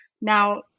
now